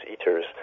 eaters